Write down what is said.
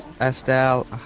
Estelle